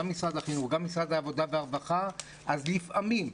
גם משרד החינוך וגם משרד העבודה והרווחה אז לפעמים,